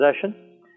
Possession